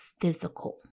physical